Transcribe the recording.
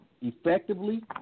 effectively